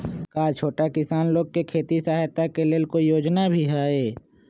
का छोटा किसान लोग के खेती सहायता के लेंल कोई योजना भी हई?